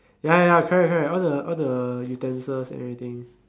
ya ya ya correct correct all the all the utensils and everything